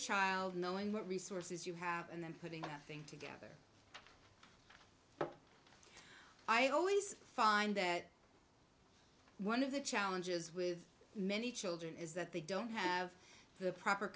child knowing what resources you have and then putting things together i always find that one of the challenges with many children is that they don't have the proper